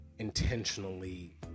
Intentionally